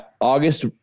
august